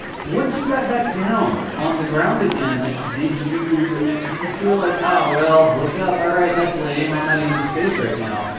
once you got back down on the ground again, did you? do you feel like, oh, well, i looked up. all right. that's lame. i'm not even in space right now.